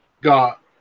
got